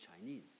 Chinese